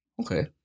Okay